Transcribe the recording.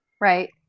Right